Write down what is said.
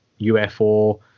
UFO